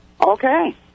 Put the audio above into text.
Okay